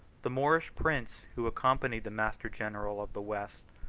the moorish prince, who accompanied the master-general of the west,